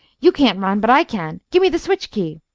you can't run, but i can. give me the switch-key!